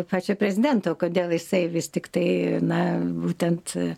pačio prezidento kodėl jisai vis tiktai na būtent